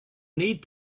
need